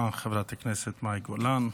גולן,